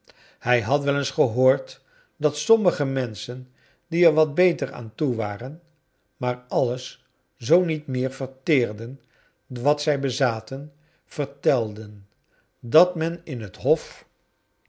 hij had wel eens gehoord dat sommige menschen die er wat beter aan toe waren maar alles zoo niet meer verteerden wat zij bezaten vcrtelden dat men in het hof